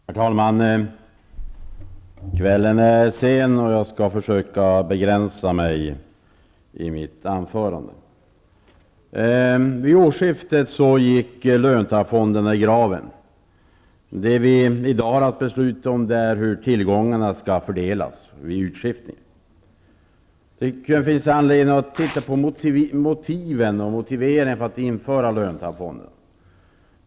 Herr talman! Kvällen är sen, och jag skall försöka begränsa mig i mitt anförande. Vid årsskiftet gick löntagarfonderna i graven. Det vi i dag har att besluta om är hur tillgångarna skall fördelas vid utskiftningen. Jag tycker att det finns anledning att titta på motiven för att införa löntagarfonderna.